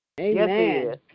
Amen